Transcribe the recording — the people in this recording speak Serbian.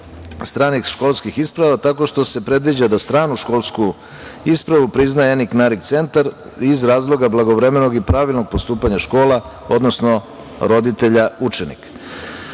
stranih školskih isprava tako što se predviđa da stranu školsku ispravu priznaje ENIC/NARIC centar iz razloga blagovremenog i pravilnog postupanja škola, odnosno roditelja učenika. Na